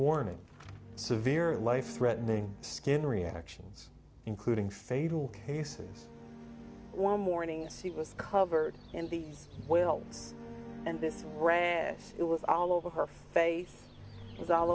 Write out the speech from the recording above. warning severe life threatening skin reactions including fatal cases one morning she was covered in these welts and this breath it was all over her face was all